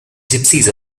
gypsies